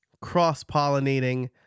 cross-pollinating